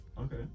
okay